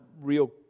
real